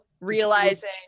realizing